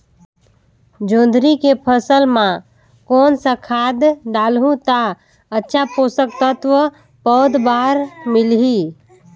जोंदरी के फसल मां कोन सा खाद डालहु ता अच्छा पोषक तत्व पौध बार मिलही?